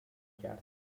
کرد